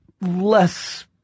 less